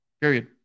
period